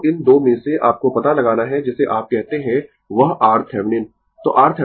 तो इन 2 में से आपको पता लगाना है जिसे आप कहते है वह RThevenin